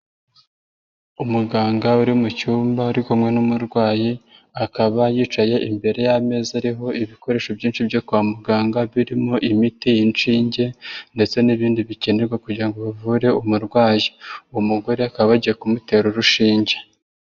Umuganga uri mu cyumba uri kumwe n'umurwayi akaba yicaye imbere y'ameza ariho ibikoresho byinshi byo kwa muganga birimo imiti, inshinge ndetse n'ibindi bikenerwa kugira ngo bavure umurwayi, uwo mugore bakaba bagiye kumutera urushinge.